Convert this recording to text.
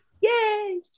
Yay